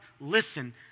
listen